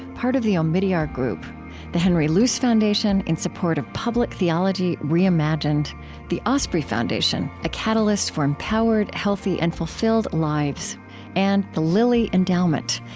part of the omidyar group the henry luce foundation, in support of public theology reimagined the osprey foundation, a catalyst for empowered, healthy, and fulfilled lives and the lilly endowment,